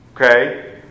Okay